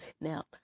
Now